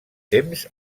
temps